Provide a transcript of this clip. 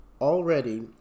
Already